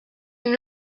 une